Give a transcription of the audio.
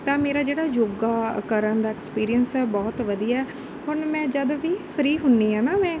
ਤਾਂ ਮੇਰਾ ਜਿਹੜਾ ਯੋਗਾ ਕਰਨ ਦਾ ਐਕਸਪੀਰੀਅੰਸ ਹੈ ਬਹੁਤ ਵਧੀਆ ਹੁਣ ਮੈਂ ਜਦ ਵੀ ਫ੍ਰੀ ਹੁੰਦੀ ਹਾਂ ਨਾ ਮੈਂ